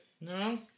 No